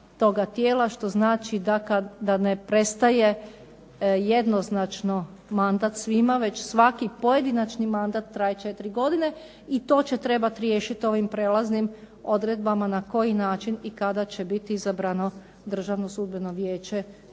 što znači da ne prestaje jednoznačno mandat svima već svaki pojedinačni mandat traje četiri godine. I to će trebati riješiti ovim prijelaznim odredbama na koji način i kada će biti izabrano Državno sudbeno vijeće